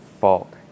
fault